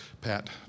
Pat